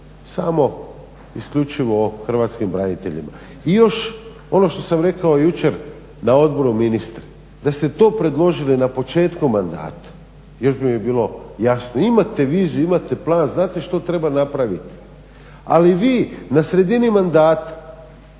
samo isključivo o hrvatskim braniteljima. I još ono što sam rekao jučer na odboru ministru, da ste to predložili na početku mandata još bi mi bilo jasno. Imate viziju, imate plan, znate što treba napraviti. Ali vi na sredini mandata